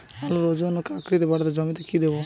আলুর ওজন ও আকৃতি বাড়াতে জমিতে কি দেবো?